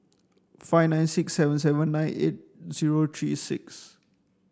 five nine six seven seven nine eight zero three six